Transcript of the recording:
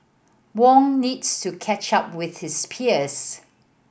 Wong needs to catch up with his peers